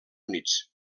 units